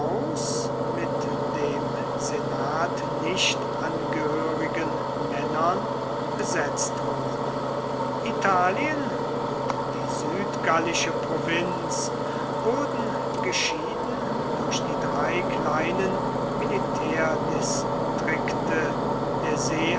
mit dem senat nicht angehörigen männern besetzt wurden italien und die südgallische provinz wurden geschieden durch die drei kleinen militärdistrikte der seealpen